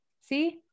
See